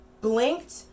blinked